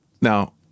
Now